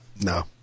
No